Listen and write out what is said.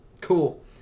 Cool